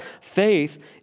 Faith